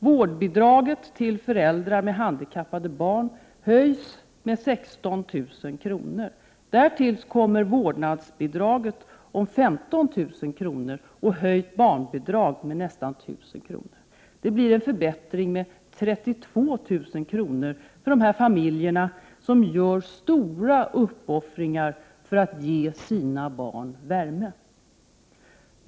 Vårdbidraget till föräldrar med handikappade barn höjs med 16 000 kr. Därtill kommer vårdnadsbidraget om 15 000 kr. och en höjning av barnbidraget med nästan 1 000 kr. Det blir en förbättring med 32 000 kr. för dessa familjer som gör stora uppoffringar för att ge sina barn värme.